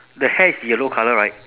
the hair is yellow colour right